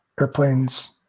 Airplanes